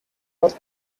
worth